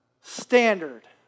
standard